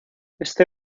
este